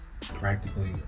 Practically